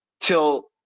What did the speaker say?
till